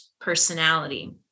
personality